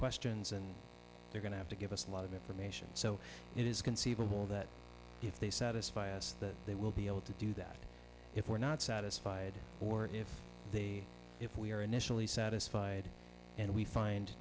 questions and they're going to have to give us a lot of information so it is conceivable that if they satisfy us that they will be able to do that if we're not satisfied or if they if we are initially satisfied and we find